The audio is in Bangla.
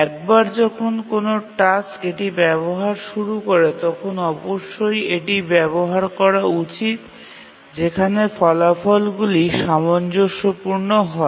একবার যখন কোনও টাস্ক এটি ব্যবহার শুরু করে তখন অবশ্যই এটি ব্যবহার করা উচিত যেখানে ফলাফলগুলি সামঞ্জস্যপূর্ণ হয়